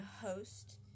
host